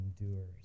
endures